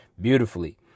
beautifully